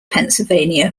pennsylvania